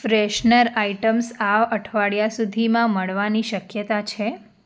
freshener items આ અઠવાડિયા સુધીમાં મળવાની શક્યતા છે